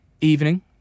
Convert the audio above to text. evening